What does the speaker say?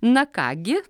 na ką gi